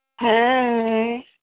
Hey